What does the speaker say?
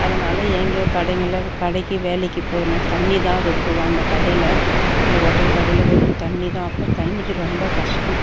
அதனால் எங்கேயோ கடைங்களில் கடைக்கு வேலைக்கு போனால் தண்ணிர் தான் ரொப்புவேன் அந்த கடையில் இந்த ஓட்டல் கடையில் வெறும் தண்ணிர் தான் அப்போ தண்ணிக்கு ரொம்ப கஷ்டம்